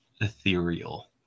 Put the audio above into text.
ethereal